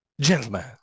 gentlemen